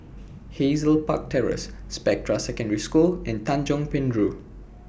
Hazel Park Terrace Spectra Secondary School and Tanjong Penjuru